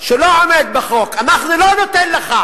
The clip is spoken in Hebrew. שלא עומד בחוק, אנחנו לא ניתן לך